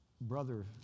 Brother